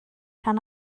rhan